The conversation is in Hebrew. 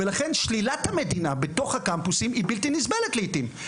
ולכן שלילת המדינה בתוך הקמפוסים היא בלתי נסבלת לעתים.